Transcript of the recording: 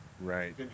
Right